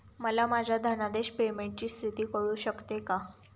मला माझ्या धनादेश पेमेंटची स्थिती कळू शकते का?